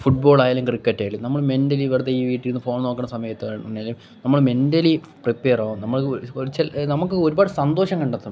ഫുട്ബോളായാലും ക്രിക്കറ്റായാലും നമ്മൾ മെന്റലി വെറുതെ ഈ വീട്ടിലിരുന്ന് ഫോൺ നോക്കുന്ന സമയത്തൊരു ആണെങ്കിലും നമ്മൾ മെന്റലി പ്രിപ്പേർ ആകും നമ്മൾ ഒരു നമുക്ക് ഒരുപാട് സന്തോഷം കണ്ടെത്തുന്നുണ്ട്